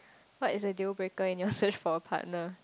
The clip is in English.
what is the dealbreaker in your search for a partner